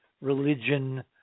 religion